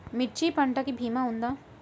మిర్చి పంటకి భీమా ఉందా?